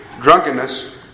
drunkenness